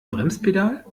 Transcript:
bremspedal